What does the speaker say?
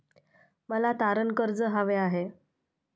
मला तारण कर्ज हवे आहे